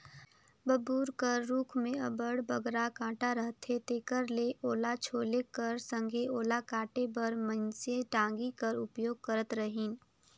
बबूर कर रूख मे अब्बड़ बगरा कटा रहथे तेकर ले ओला छोले कर संघे ओला काटे बर मइनसे टागी कर उपयोग करत रहिन